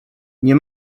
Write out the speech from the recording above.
nie